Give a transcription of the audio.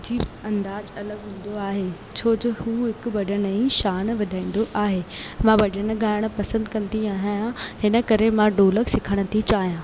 खे अंदाज़ु अलॻि हूंदो आहे छोजो उहो हिकु भॼण जी शानु वॼाईंदो आहे मां भॼनि गाइण पसंदि कंदी आहियां हिन करे मां ढोलक सिखण थी चाहियां